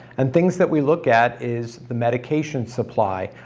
and things that we look at, is the medication supply,